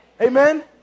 Amen